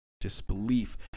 disbelief